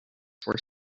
were